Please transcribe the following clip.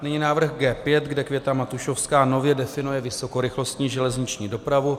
Nyní návrh G5, kde Květa Matušovská nově definuje vysokorychlostní železniční dopravu.